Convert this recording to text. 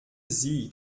sie